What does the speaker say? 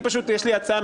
יש לי הצעה,